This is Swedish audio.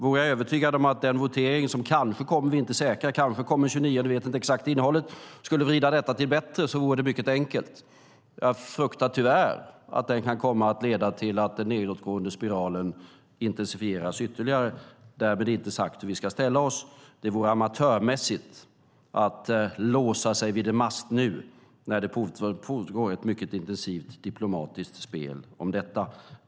Vore jag övertygad om att den votering som kanske kommer - vi är inte säkra och vet inte det exakta innehållet - skulle vrida detta till det bättre vore det mycket enkelt. Jag fruktar tyvärr att den kan komma att leda till att den nedåtgående spiralen intensifieras ytterligare. Därmed inte sagt hur vi ska ställa oss. Det vore amatörmässigt att låsa sig vid en mast nu när det fortgår ett mycket intensivt diplomatiskt spel om detta.